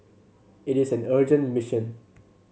it is an urgent mission